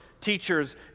teachers